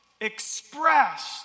expressed